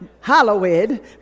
hallowed